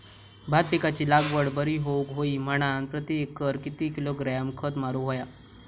भात पिकाची लागवड बरी होऊक होई म्हणान प्रति एकर किती किलोग्रॅम खत मारुक होया?